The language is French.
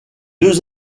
deux